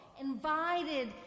invited